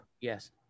Yes